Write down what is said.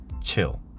Chill